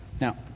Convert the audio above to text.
Now